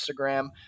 Instagram